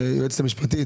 היועצת המשפטית,